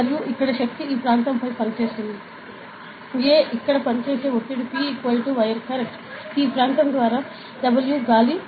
మరియు ఇక్కడశక్తి ఈ ప్రాంతంపై పనిచేస్తుంది A ఇక్కడ పనిచేసే ఒత్తిడి P వైర్ ఈ ప్రాంతం ద్వారా W గాలి